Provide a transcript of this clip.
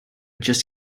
just